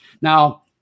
Now